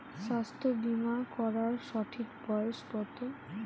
স্বাস্থ্য বীমা করার সঠিক বয়স কত?